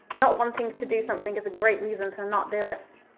not wanting to do something is a great reason to not do it.